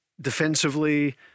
defensively